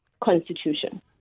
constitution